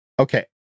Okay